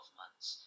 months